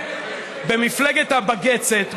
במפלגת הבג"צת,